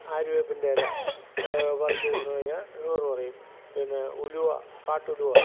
ആര്യ വേപ്പിൻ്റെ ഇല പറിച്ചു തിന്നു കഴിഞ്ഞാൽ ഷുഗർ കുറയും പിന്നെ ഉലുവ കാട്ടുലുവ